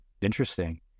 Interesting